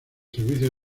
servicios